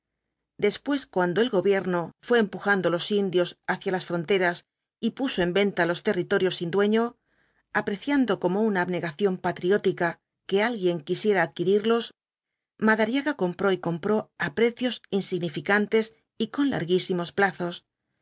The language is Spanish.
después cuando el gobierno fué empujando los indios hacia las fronteras y puso en venta los territorios sin dueño apreciando como una abnegación patriótica que alguien quisiera adquirirlos madariaga compró y compró á precios insignificantes y con larguísimos plazos